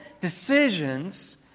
decisions